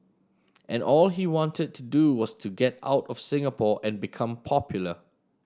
and all he wanted to do was to get out of Singapore and become popular